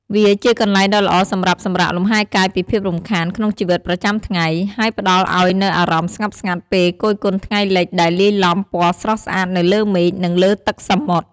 វាជាកន្លែងដ៏ល្អសម្រាប់សម្រាកលំហែកាយពីភាពរំខានក្នុងជីវិតប្រចាំថ្ងៃ ហើយផ្តល់ឱ្យនូវអារម្មណ៍ស្ងប់ស្ងាត់ពេលគយគន់ថ្ងៃលិចដែលលាយឡំពណ៌ស្រស់ស្អាតនៅលើមេឃ និងលើទឹកសមុទ្រ។